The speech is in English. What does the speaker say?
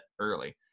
early